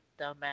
dumbass